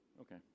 okay